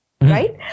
right